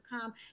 come